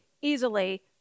easily